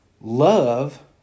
Love